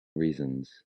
reasons